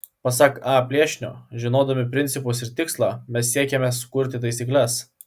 pasak a plėšnio žinodami principus ir tikslą mes siekiame sukurti taisykles